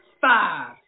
five